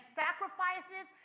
sacrifices